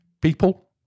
people